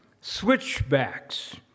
switchbacks